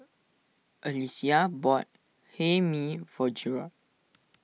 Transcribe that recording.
Alysia bought Hae Mee for Jerod